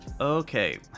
Okay